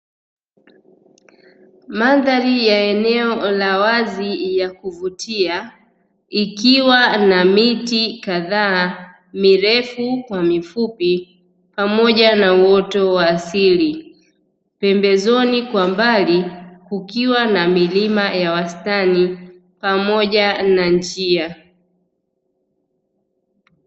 Mandhari ya eneo la wazi ya kuvutia ikiwa na miti kadhaa mirefu kwa mifupi pamoja na uoto wa asili, pembezoni kwa mbali kukiwa na milima ya wastani pamoja na njia.